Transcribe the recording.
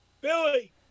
Billy